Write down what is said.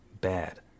bad